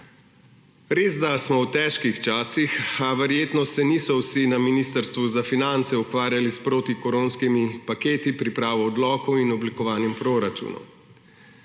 Res, da smo v težkih časih, a verjetno se niso vsi na Ministrstvu za finance ukvarjali s protikoronskimi paketi, pripravo odlokov in oblikovanjem proračunov.